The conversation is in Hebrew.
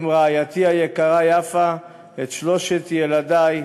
עם רעייתי היקרה יפה, את שלושת ילדי,